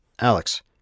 Alex